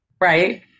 right